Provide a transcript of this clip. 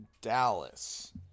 Dallas